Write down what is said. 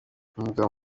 umugaba